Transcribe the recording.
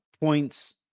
points